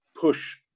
push